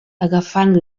agafant